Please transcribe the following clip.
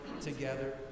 together